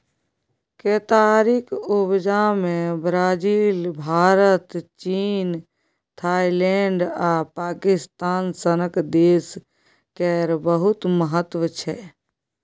केतारीक उपजा मे ब्राजील, भारत, चीन, थाइलैंड आ पाकिस्तान सनक देश केर बहुत महत्व छै